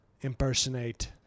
impersonate